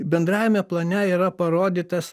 bendrajame plane yra parodytas